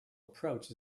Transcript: approach